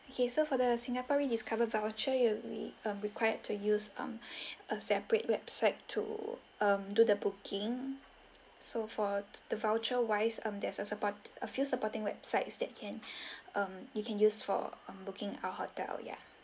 okay so for the singapore rediscover voucher you will be ah required to use um a separate website to um do the booking so for the voucher wise um there's a support a few supporting websites that can um you can use for um booking our hotel ya